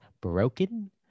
broken